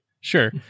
sure